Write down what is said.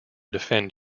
defend